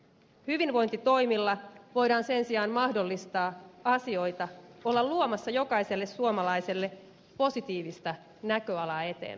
hyvinvointitoimilla voidaan sen sijaan mahdollistaa asioita olla luomassa jokaiselle suomalaiselle positiivista näköalaa eteenpäin